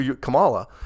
Kamala